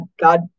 God